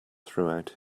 throughout